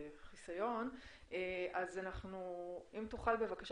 ועל אחת